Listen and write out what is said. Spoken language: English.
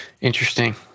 Interesting